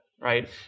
right